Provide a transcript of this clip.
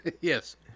Yes